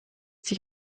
sich